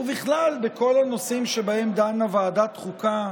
ובכלל בכל הנושאים שבהם דנה ועדת חוקה,